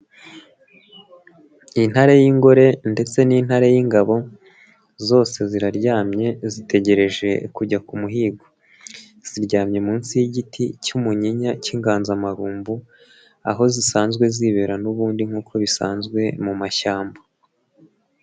Intare y'ingore ndetse n'intare y'ingabo, zose ziraryamye zitegereje kujya ku muhigo, ziryamye munsi y'igiti cy'umunyinya cy'inganzamarumbu, aho zisanzwe zibera n'ubundi nk'uko bisanzwe mu mashyamba.